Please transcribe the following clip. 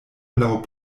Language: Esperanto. laŭ